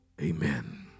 Amen